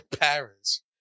parents